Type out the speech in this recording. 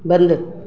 बंदि